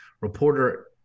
reporter